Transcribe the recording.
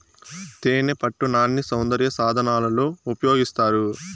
తేనెపట్టు నాన్ని సౌందర్య సాధనాలలో ఉపయోగిస్తారు